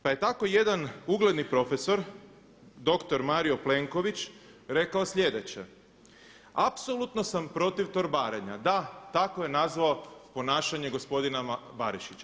Pa je tako jedan ugledni profesor, dr. Mario Plenković, rekao sljedeće: „Apsolutno sam protiv torbarenja.“ Da, tako je nazvao ponašanje gospodina Barišića.